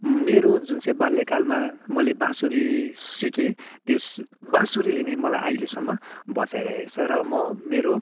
मेरो जुन चाहिँ बाल्यकालमा मैले बाँसुरी सिकेँ त्यस बासुँरीले नै मलाई अहिलेसम्म बचाइरहेको छ र म मेरो